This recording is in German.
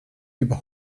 über